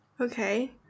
Okay